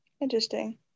interesting